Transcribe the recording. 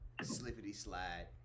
slippity-slide